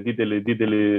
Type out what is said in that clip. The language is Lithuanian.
didelį didelį